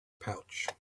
pouch